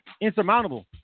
insurmountable